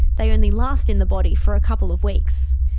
they only last in the body for a couple of weeks.